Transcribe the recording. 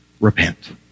Repent